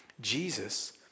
Jesus